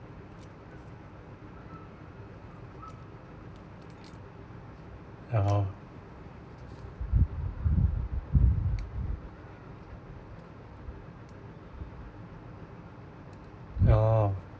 oh oh